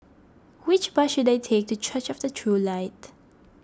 which bus should I take to Church of the True Light